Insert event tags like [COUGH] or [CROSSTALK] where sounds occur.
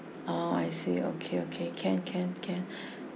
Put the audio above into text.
ah I see okay okay can can can [BREATH]